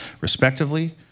respectively